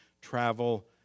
travel